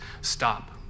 stop